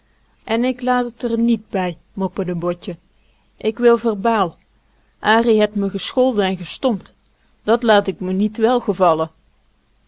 en ik laat t r niet bij mopperde botje ik wil verbaal an het me gescholden en gestompt dat laat k me niet welgevallen